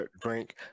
drink